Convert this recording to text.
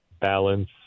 balance